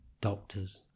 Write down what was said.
doctor's